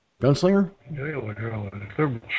Gunslinger